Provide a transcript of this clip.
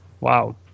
Wow